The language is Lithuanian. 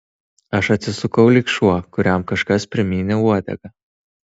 aš atsisukau lyg šuo kuriam kažkas primynė uodegą